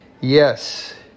Yes